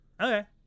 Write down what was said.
Okay